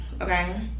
Okay